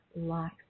life